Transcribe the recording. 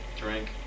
drink